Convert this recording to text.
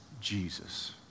Jesus